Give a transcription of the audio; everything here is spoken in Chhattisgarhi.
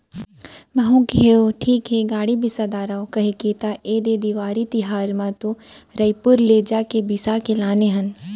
महूँ कहेव ठीक हे गाड़ी बिसा डारव कहिके त ऐदे देवारी तिहर म तो रइपुर ले जाके बिसा के लाने हन